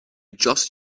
just